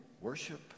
worship